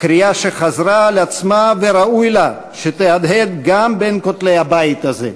קריאה שחזרה על עצמה וראוי לה שתהדהד גם בין כותלי הבית הזה.